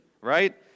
right